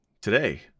Today